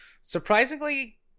surprisingly